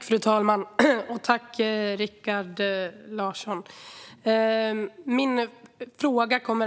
Fru talman! Jag vill tacka Rikard Larsson. Det Rikard